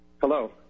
Hello